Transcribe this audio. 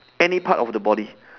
any part of the body